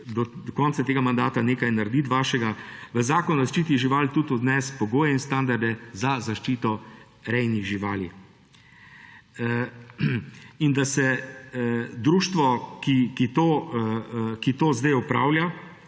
do konca svojega mandata nekaj narediti, v zakon o zaščiti živali tudi vnesti pogoje in standarde za zaščito rejnih živali. In da se društvu, ki to zdaj opravlja